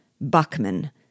Buckman